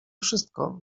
wszystko